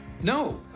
No